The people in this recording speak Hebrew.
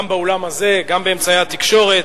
גם באולם הזה, גם באמצעי התקשורת,